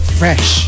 fresh